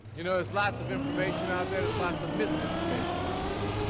you know, there's lots of information out there. there's lots of misinformation out there,